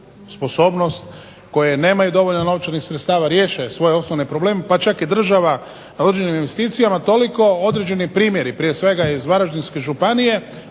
koje nemaju dovoljno novčanih sredstava, riješe svoje osnovne probleme, pa čak i država, u određenim investicijama, toliko određeni primjeri prije svega iz Varaždinske županije,